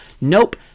Nope